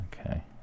Okay